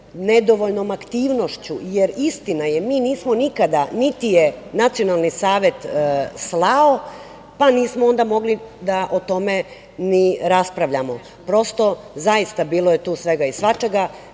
nedovoljnom aktivnošću, jer, istina je, mi nismo nikada, niti je Nacionalni savet slao, pa nismo onda mogli da o tome ni raspravljamo. Prosto, zaista bilo je tu svega i svačega.